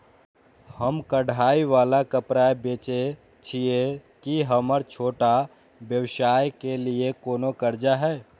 हम कढ़ाई वाला कपड़ा बेचय छिये, की हमर छोटा व्यवसाय के लिये कोनो कर्जा है?